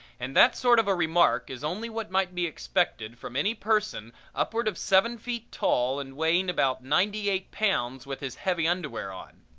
and that sort of a remark is only what might be expected from any person upward of seven feet tall and weighing about ninety-eight pounds with his heavy underwear on.